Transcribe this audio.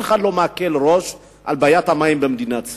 שאף אחד לא מקל ראש בבעיית המים במדינת ישראל.